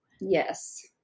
Yes